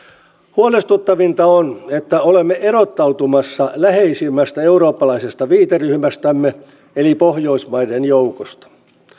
huolestuttavinta on että olemme erottautumassa läheisimmästä eurooppalaisesta viiteryhmästämme eli pohjoismaiden joukosta